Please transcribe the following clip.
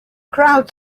crowd